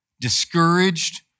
discouraged